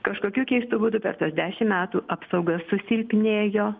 kažkokiu keistu būdu per tuos dešimt metų apsauga susilpnėjo